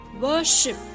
Worship